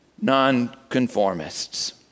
non-conformists